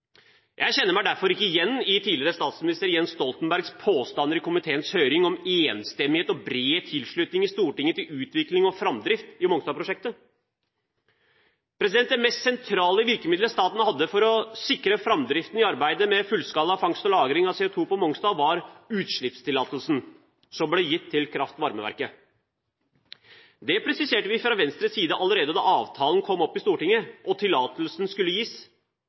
Jeg kjenner meg derfor ikke igjen i tidligere statsminister Jens Stoltenbergs påstander i komiteens høring om enstemmighet og bred tilslutning i Stortinget til utvikling og framdrift i Mongstad-prosjektet. Det mest sentrale virkemiddelet staten hadde for å sikre framdriften i arbeidet med fullskala fangst og lagring av CO2 på Mongstad var utslippstillatelsen som ble gitt til kraftvarmeverket. Det presiserte vi fra Venstres side allerede da avtalen kom opp i Stortinget og tillatelsen skulle gis.